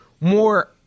more